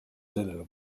sellele